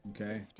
Okay